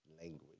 language